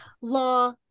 law